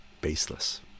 baseless